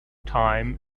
time